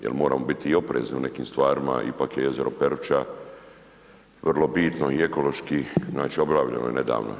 Jer moramo biti oprezni u nekim stvarima, ipak je jezero Peruća vrlo bitno i ekološki znači obnavljano je nedavno.